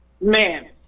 Man